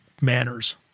manners